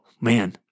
man